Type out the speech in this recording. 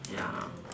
ya